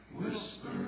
Whisper